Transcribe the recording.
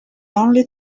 only